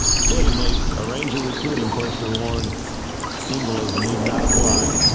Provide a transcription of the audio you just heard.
fittingly a ranger recruiting poster warned invalids need not apply